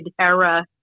era